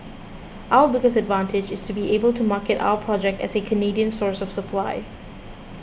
our biggest advantage is to be able to market our project as a Canadian source of supply